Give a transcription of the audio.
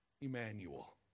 Emmanuel